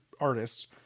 artists